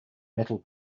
metal